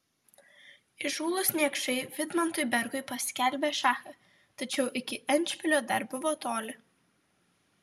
įžūlūs niekšai vidmantui bergui paskelbė šachą tačiau iki endšpilio dar buvo toli